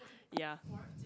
ya